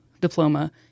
diploma